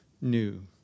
new